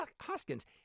Hoskins